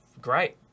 great